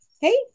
Hey